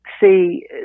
see